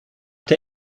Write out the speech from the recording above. der